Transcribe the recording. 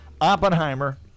Oppenheimer